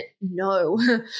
No